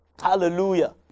hallelujah